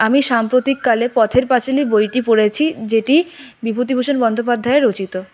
আমি সাম্প্রতিককালে পথের পাঁচালী বইটি পড়েছি যেটি বিভূতিভূষণ বন্দ্যোপাধ্যায় রচিত